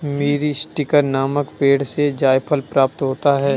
मीरीस्टिकर नामक पेड़ से जायफल प्राप्त होता है